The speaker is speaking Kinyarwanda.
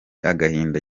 agahinda